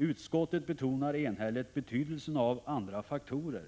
Utskottet betonar enhälligt betydelsen av andra faktorer,